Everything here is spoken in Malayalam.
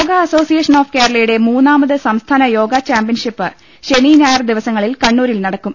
യോഗ അസോസിയഷൻ ഓഫ് കേരളയുടെ മൂന്നാമത് സംസ്ഥാന യോഗ ചാമ്പൃൻഷിപ്പ് ശനി ഞായർ ദിവസങ്ങളിൽ കണ്ണൂരിൽ നടക്കും